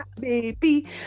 Baby